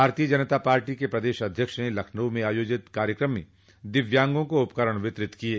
भाजपा के प्रदेश अध्यक्ष ने लखनऊ में आयोजित एक कार्यक्रम में दिव्यांगों को उपकरण वितरित किये